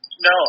No